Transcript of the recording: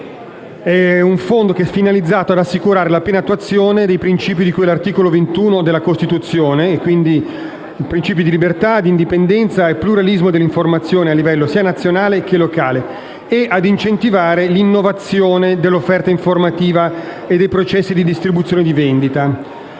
dell'informazione, finalizzato ad assicurare la piena attuazione dei principi di cui all'articolo 21 della Costituzione (libertà, indipendenza e pluralismo dell'informazione), a livello sia nazionale che locale, e a incentivare l'innovazione dell'offerta informativa e dei processi di distribuzione e di vendita.